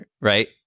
right